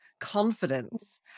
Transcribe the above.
confidence